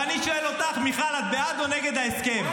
ואני שואל אותך, מיכל, את בעד או נגד ההסכם?